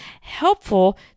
helpful